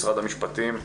משרד המשפטים,